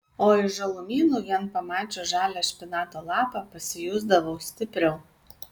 o iš žalumynų vien pamačius žalią špinato lapą pasijusdavau stipriau